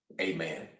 amen